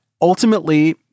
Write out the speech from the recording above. ultimately